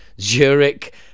Zurich